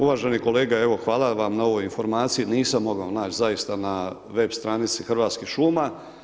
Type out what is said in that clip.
Uvaženi kolega, evo hvala vam na ovoj informaciji, nisam mogao naći zaista na web stranici Hrvatskih šuma.